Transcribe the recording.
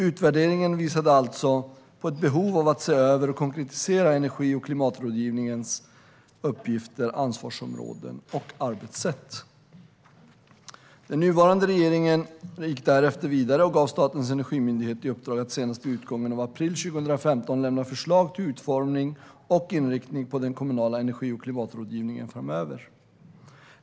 Utvärderingen visade alltså på ett behov av att se över och konkretisera energi och klimatrådgivningens uppgifter, ansvarsområden och arbetssätt. Den nuvarande regeringen gick därefter vidare och gav Statens energimyndighet i uppdrag att senast vid utgången av april 2015 lämna förslag till utformning och inriktning på den kommunala energi och klimatrådgivningen framöver.